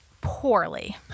Poorly